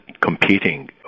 competing